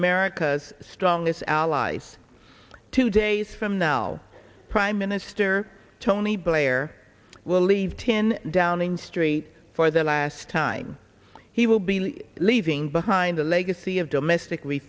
america's strongest allies two days from now prime minister tony blair will leave ten downing street for the last time he will be leaving behind a legacy of domestic re